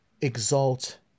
exalt